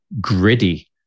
gritty